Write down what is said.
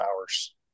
hours